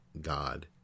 God